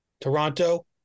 Toronto